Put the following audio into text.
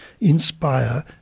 inspire